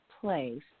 place